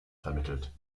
vermittelt